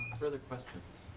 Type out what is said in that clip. further questions?